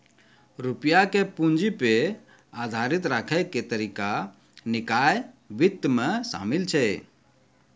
रुपया के पूंजी पे आधारित राखै के तरीका निकाय वित्त मे शामिल छै